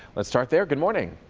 let's start there. good morning!